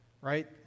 right